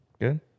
Good